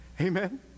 Amen